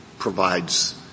Provides